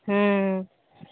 हूँ